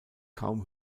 kaum